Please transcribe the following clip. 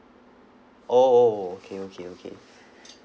orh orh orh okay okay okay